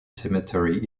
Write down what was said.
cemetery